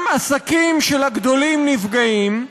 גם עסקים של הגדולים נפגעים,